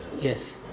Yes